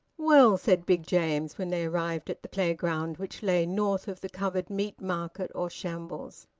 well, said big james, when they arrived at the playground, which lay north of the covered meat market or shambles,